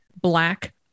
black